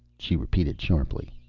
she repeated sharply.